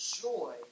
joy